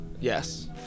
Yes